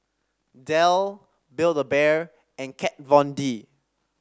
Dell Build A Bear and Kat Von D